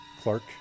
Clark